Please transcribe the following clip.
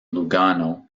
lugano